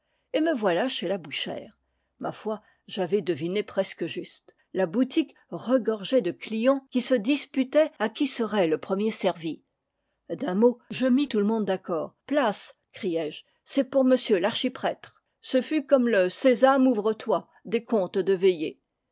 et me voilà chez la bouchère ma foi j'avais deviné presque juste la boutique regorgeait de clients qui se dis putaient à qui serait le premier servi d'un mot je mis tout le monde d'accord place criai-je c'est pour m l'archiprêtre ce fut comme le sésame ouvre-toi des contes de veillées